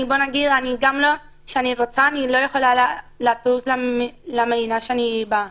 בוא נגיד גם שאני רוצה אני לא יכולה לטוס למדינה שאני באה ממנה.